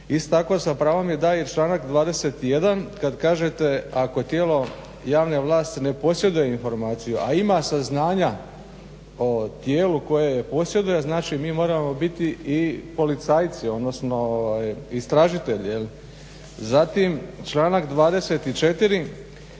tako za pravo mi daje i članak 21. kad kažete ako tijelo javne vlasti ne posjeduje informaciju, a ima saznanja o tijelu koje je posjeduje, znači mi moramo biti i policajci, odnosno istražitelji. Zatim članak 24.,